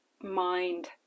mind